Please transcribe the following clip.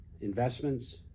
investments